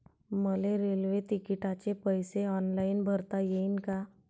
मले रेल्वे तिकिटाचे पैसे ऑनलाईन भरता येईन का?